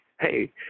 Hey